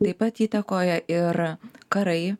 taip pat įtakoja ir karai